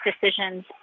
decisions